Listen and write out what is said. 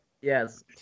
Yes